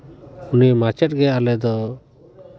ᱩᱱᱤ ᱢᱟᱪᱮᱫ ᱜᱮ ᱟᱞᱮᱫᱚ